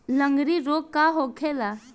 लगड़ी रोग का होखेला?